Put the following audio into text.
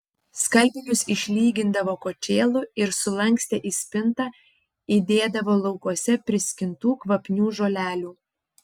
skalbinius išlygindavo kočėlu ir sulankstę į spintą įdėdavo laukuose priskintų kvapnių žolelių